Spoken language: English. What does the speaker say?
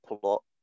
plot